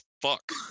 fuck